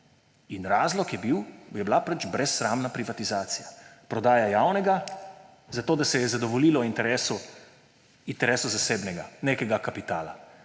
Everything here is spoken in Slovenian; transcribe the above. razlog je bila brezsramna privatizacija, prodaja javnega, zato da se je zadovoljilo interesu zasebnega, nekega kapitala,